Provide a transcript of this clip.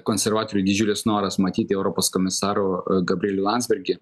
konservatorių didžiulis noras matyti europos komisaru gabrielių landsbergį